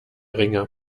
ringe